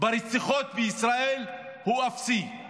של רציחות בישראל הוא אפסי.